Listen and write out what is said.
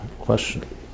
question